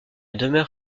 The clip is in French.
demeure